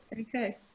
Okay